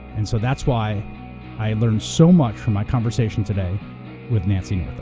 and so that's why i learned so much from my conversation today with nancy